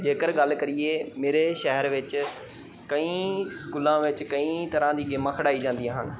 ਜੇਕਰ ਗੱਲ ਕਰੀਏ ਮੇਰੇ ਸ਼ਹਿਰ ਵਿੱਚ ਕਈ ਸਕੂਲਾਂ ਵਿੱਚ ਕਈ ਤਰ੍ਹਾਂ ਦੀ ਗੇਮਾਂ ਖਿਡਾਈ ਜਾਂਦੀਆਂ ਹਨ